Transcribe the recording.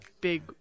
big